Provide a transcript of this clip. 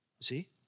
See